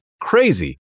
crazy